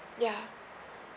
ya